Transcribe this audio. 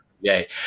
yay